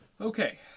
Okay